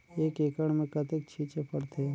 एक एकड़ मे कतेक छीचे पड़थे?